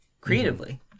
creatively